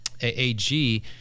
AG